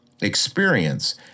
experience